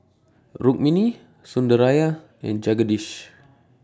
Rukmini Sundaraiah and Jagadish